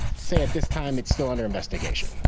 say at this time it's still under investigation.